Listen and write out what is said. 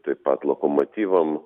taip pat lokomotyvams